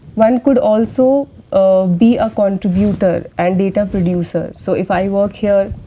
one could also um be a contributor and data producer. so, if i work here,